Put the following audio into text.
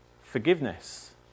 forgiveness